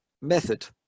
method